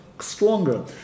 stronger